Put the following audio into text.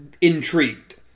intrigued